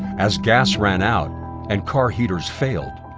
as gas ran out and car heaters failed,